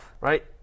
Right